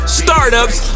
startups